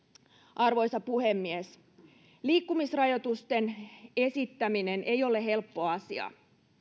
arvoisa puhemies liikkumisrajoitusten esittäminen ei ole helppo asia